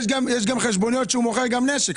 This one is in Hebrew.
יש גם חשבוניות שהוא מוכר נשק.